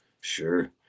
sure